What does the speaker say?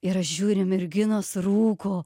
ir aš žiūriu merginos rūko